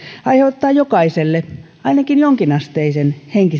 aiheuttaa jokaiselle ainakin jonkinasteisen henkisen kriisin